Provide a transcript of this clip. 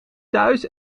thuis